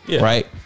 right